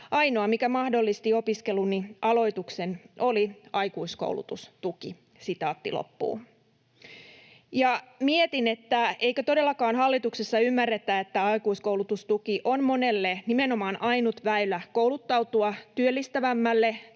Ainoa, mikä mahdollisti opiskeluni aloituksen, oli aikuiskoulutustuki.” Mietin, että eikö todellakaan hallituksessa ymmärretä, että aikuiskoulutustuki on monelle nimenomaan ainut väylä kouluttautua työllistävämmälle